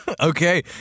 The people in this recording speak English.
Okay